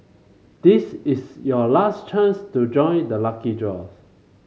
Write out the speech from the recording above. this is your last chance to join the lucky draw